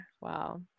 wow